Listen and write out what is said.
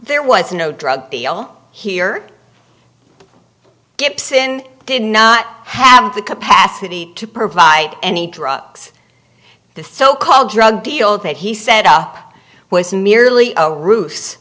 there was no drug deal here gibson did not have the capacity to provide any drugs the so called drug deal that he set up was merely a ruse